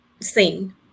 seen